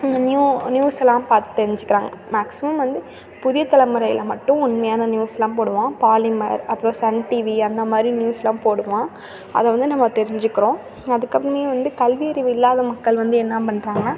இந்த நியூ நியூஸுயெலாம் பார்த்து தெரிஞ்சுக்கிறாங்க மேக்ஸிமம் வந்து புதிய தலைமுறையில் மட்டும் உண்மையான நியூஸ்யெலாம் போடுவான் பாலிமர் அப்புறம் சன் டிவி அந்த மாதிரி நியூஸ்யெலாம் போடுவான் அதை வந்து நம்ம தெரிஞ்சுக்கிறோம் அதுக்கப்புறமே வந்து கல்வியறிவு இல்லாத மக்கள் வந்து என்ன பண்றாங்கன்னால்